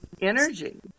energy